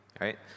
right